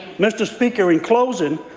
mr. speaker, in closing,